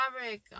fabric